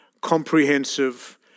comprehensive